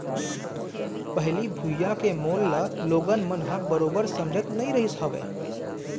पहिली भुइयां के मोल ल लोगन मन ह बरोबर समझत नइ रहिस हवय